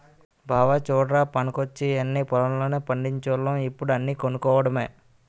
బావా చుడ్రా పనికొచ్చేయన్నీ పొలం లోనే పండిచోల్లం ఇప్పుడు అన్నీ కొనుక్కోడమే